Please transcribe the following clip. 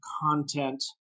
content